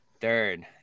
Third